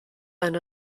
eine